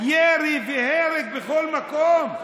ירי והרג בכל מקום,